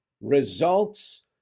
results